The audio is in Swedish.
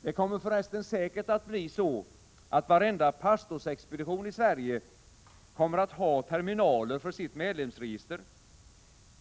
Det kommer för resten säkert att bli så, att varenda pastorexpedition i Sverige kommer att ha terminaler för sitt medlemsregister.